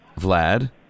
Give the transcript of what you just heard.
Vlad